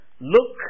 look